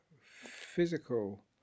physical